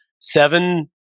seven